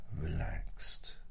relaxed